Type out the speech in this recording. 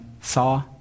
saw